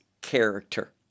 character